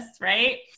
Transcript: Right